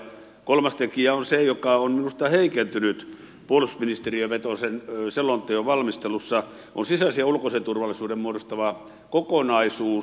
kolmas tekijä on se joka on minusta heikentynyt puolustusministeriövetoisen selonteon valmistelussa sisäisen ja ulkoisen turvallisuuden muodostama kokonaisuus